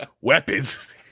weapons